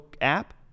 app